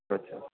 अच्छा